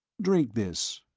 drink this.